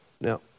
Now